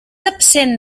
absent